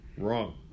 Wrong